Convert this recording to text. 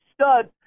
studs